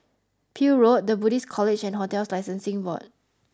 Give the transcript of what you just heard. Peel Road The Buddhist College and Hotels Licensing Board